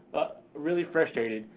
really frustrated,